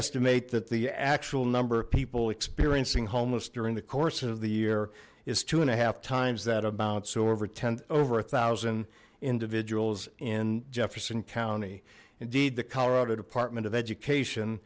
estimate that the actual number of people experiencing homelessness of the year is two and a half times that about so over ten over a thousand individuals in jefferson county indeed the colorado department of education